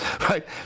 Right